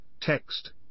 text